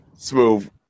Smooth